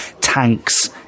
tanks